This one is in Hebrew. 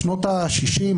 בשנות ה-60,